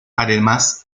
además